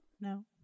No